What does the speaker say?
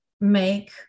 make